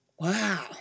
Wow